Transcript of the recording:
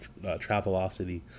Travelocity